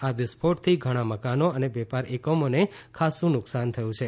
આ વિસ્ફોટથી ધણા મકાનો અને વેપાર એકમોને ખાસ્સુ નુકસાન થયું છે